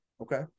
Okay